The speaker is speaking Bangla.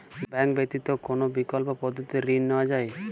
ব্যাঙ্ক ব্যতিত কোন বিকল্প পদ্ধতিতে ঋণ নেওয়া যায়?